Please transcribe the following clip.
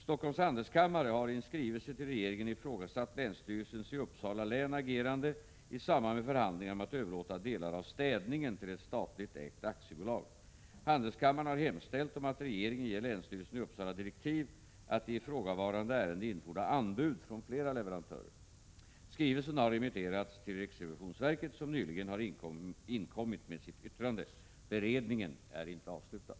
Stockholms handelskammare har i en skrivelse till regeringen ifrågasatt länsstyrelsens i Uppsala län agerande i samband med förhandlingar om att överlåta delar av städningen till ett statligt ägt aktiebolag. Handelskammaren har hemställt om att regeringen ger länsstyrelsen i Uppsala direktiv att i ifrågavarande ärende infordra anbud från flera leverantörer. Skrivelsen har remitterats till riksrevisionsverket, som nyligen har inkommit med sitt yttrande. Beredningen är inte avslutad.